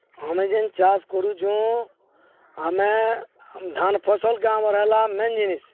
ଆମେ ଯେନ୍ ଚାଷ୍ କରୁଚୁଁ ଆମେ ଧାନ୍ ଫସଲ୍କେ ଆମର୍ ହେଲା ମେନ୍ ଜିନିଷ୍